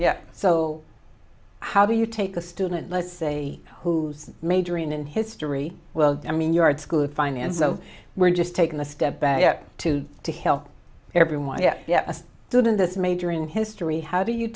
yeah so how do you take a student let's say who's majoring in history well i mean yard school of finance so we're just taking the step back to to help everyone yeah yeah didn't this major in history how do you